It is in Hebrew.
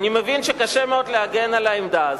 אני מבין שקשה מאוד להגן על העמדה הזאת,